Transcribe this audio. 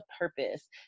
purpose